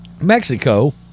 Mexico